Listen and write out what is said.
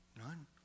None